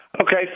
Okay